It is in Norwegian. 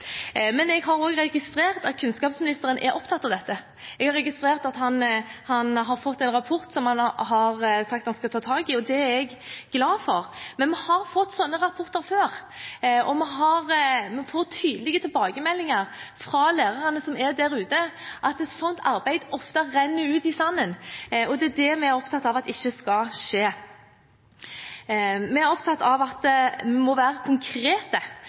Jeg har også registrert at kunnskapsministeren er opptatt av dette. Jeg har registrert at han har fått en rapport som han har sagt han skal ta tak i, og det er jeg glad for. Men vi har fått sånne rapporter før, og vi får tydelige tilbakemeldinger fra lærerne som er der ute, om at et sånt arbeid ofte renner ut i sanden. Det er det vi er opptatt av at ikke skal skje. Vi er opptatt av at vi må være konkrete,